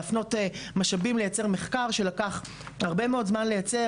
להפנות משאבים לייצר מחקר שלקח הרבה מאוד זמן לייצר.